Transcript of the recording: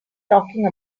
talking